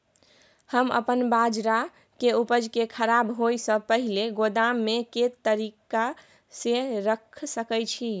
हम अपन बाजरा के उपज के खराब होय से पहिले गोदाम में के तरीका से रैख सके छी?